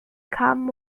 kamen